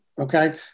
Okay